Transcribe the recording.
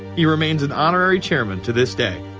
he remains an honorary chairman to this day.